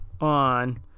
on